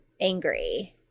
angry